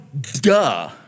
duh